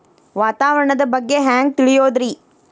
ವಾತಾವರಣದ ಬಗ್ಗೆ ಹ್ಯಾಂಗ್ ತಿಳಿಯೋದ್ರಿ?